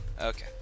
Okay